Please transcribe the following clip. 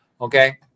Okay